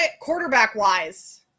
quarterback-wise